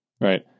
right